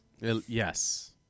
yes